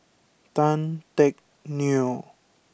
Tan Teck Neo